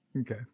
Okay